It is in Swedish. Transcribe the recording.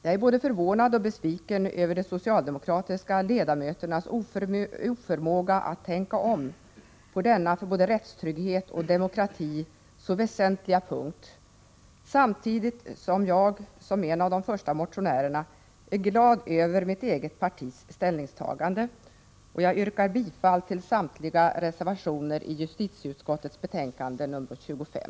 Jag är både förvånad och besviken över de socialdemokratiska ledamöternas oförmåga att tänka om på denna för både rättstrygghet och demokrati så väsentliga punkt. Samtidigt är jag som en av de första motionärerna glad över mitt eget partis ställningstagande. Jag yrkar bifall till samtliga de reservationer som fogats till justitieutskottets betänkande nr 25.